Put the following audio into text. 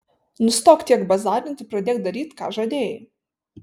nustok tiek bazarint ir pradėk daryt ką žadėjai